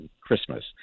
Christmas